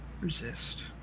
resist